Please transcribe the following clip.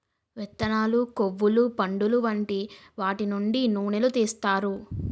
విత్తనాలు, కొవ్వులు, పండులు వంటి వాటి నుండి నూనెలు తీస్తారు